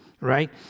right